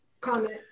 comment